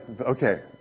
okay